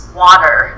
water